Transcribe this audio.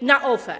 na OFE?